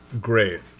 great